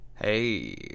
Hey